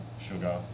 sugar